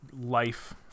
life